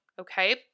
Okay